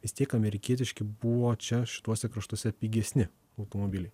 vis tiek amerikietiški buvo čia šituose kraštuose pigesni automobiliai